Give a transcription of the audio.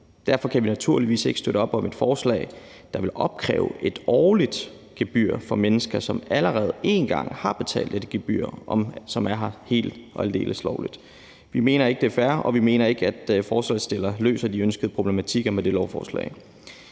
Derfor kan vi naturligvis ikke støtte op om et forslag om at opkræve et årligt gebyr fra mennesker, som allerede én gang har betalt et gebyr, og som er her helt og aldeles lovligt. Vi mener ikke, at det er fair, og vi mener ikke, at forslagsstillerne løser de ønskede problematikker med det beslutningsforslag.